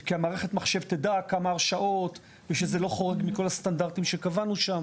כי מערכת המחשב תדע כמה הרשאות ושזה לא חורג מכל הסטנדרטים שקבענו שם.